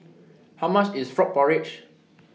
How much IS Frog Porridge